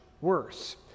worse